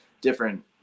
different